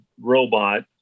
robot